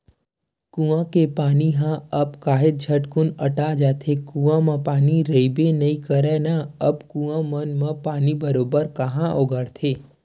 कुँआ के पानी ह अब काहेच झटकुन अटा जाथे, कुँआ म पानी रहिबे नइ करय ना अब कुँआ मन म पानी बरोबर काँहा ओगरथे